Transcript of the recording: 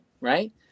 right